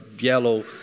yellow